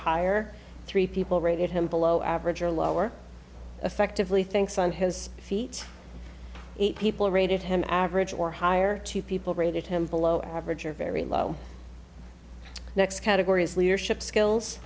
higher three people rated him below average or lower effectively thinks on his feet eight people rated him average or higher two people rated him below average or very low next categories leadership skills